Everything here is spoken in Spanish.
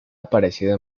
aparecido